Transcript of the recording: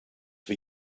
for